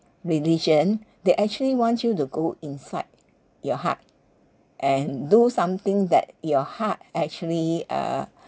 religion they actually want you to go inside your heart and do something that your heart actually uh